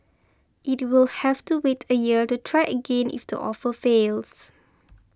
it will have to wait a year to try again if the offer fails